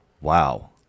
Wow